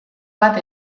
bat